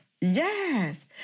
Yes